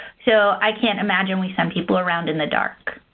so i can't imagine we send people around in the dark.